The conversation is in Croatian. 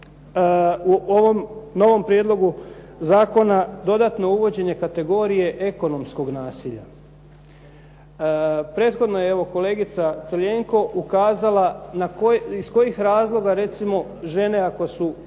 u ovom novom prijedlogu zakona, dodatno uvođenje kategorije ekonomskog nasilja. Prethodno evo kolegica Crljenko ukazala iz kojih razloga žene recimo ako su